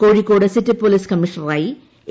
Kozhikode city police കമ്മീഷണറായി A